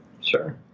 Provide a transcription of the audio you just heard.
Sure